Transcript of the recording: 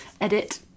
Edit